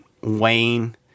Wayne